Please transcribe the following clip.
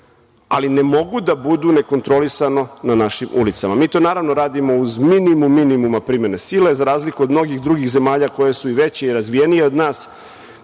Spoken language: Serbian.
ali ne mogu da budu nekontrolisano na našim ulicama. Mi to naravno radimo uz minimum minimuma primene sile, za razliku od mnogih drugih zemalja koje su i veće i razvijenije od nas.